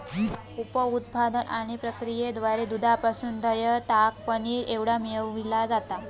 उप उत्पादन आणि प्रक्रियेद्वारा दुधापासून दह्य, ताक, पनीर एवढा मिळविला जाता